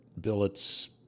billets